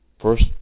First